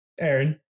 Aaron